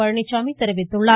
பழனிச்சாமி தெரிவித்துள்ளார்